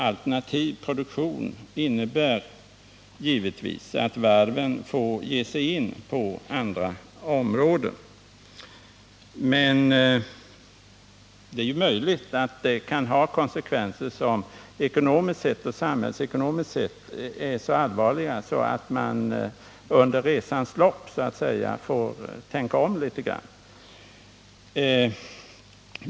Alternativ produktion innebär givetvis att varven får ge sig in på andra områden, men det är möjligt att det kan få konsekvenser, som samhällsekonomiskt sett är så allvarliga att man så att säga under resans lopp får tänka om.